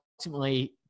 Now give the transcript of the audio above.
ultimately